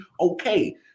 Okay